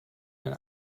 ein